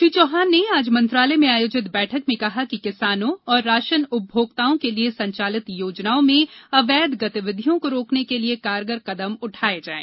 श्री चौहान ने आज मंत्रालय में आयोजित बैठक में कहा कि किसानों और राशन उपभोक्ताओं के लिये संचालित योजनाओं में अवैध गतिविधियों को रोकने के लिए कारगर कदम उठाये जायें